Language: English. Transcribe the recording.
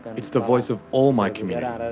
it's the voice of all my community, but